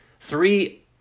Three